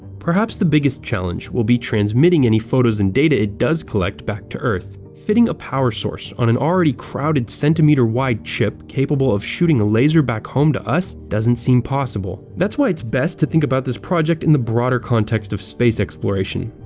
perhaps the biggest challenge will be transmitting any photos and data it does collect back to earth. fitting a power source on an already crowded centimeter-wide chip capable of shooting a laser back home to us doesn't seem possible. that's why it's best to think about this project in the broader context of space exploration.